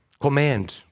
command